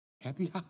Happy